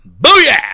Booyah